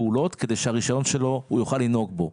פעולות כדי שהוא יוכל לנהוג עם הרישיון שלו.